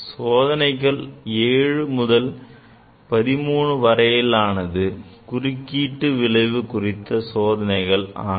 சோதனைகள் 7 to 13 வரையிலானது குறுக்கீட்டு விளைவு குறித்த சோதனைகள் ஆகும்